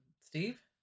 Steve